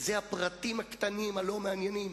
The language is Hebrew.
אלה הפרטים הקטנים, הלא-מעניינים.